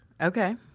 Okay